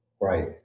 Right